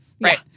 Right